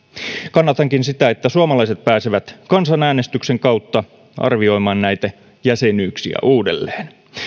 kannatankin sitä että suomalaiset pääsevät kansanäänestyksen kautta arvioimaan näitä jäsenyyksiä uudelleen